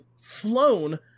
flown